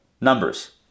numbers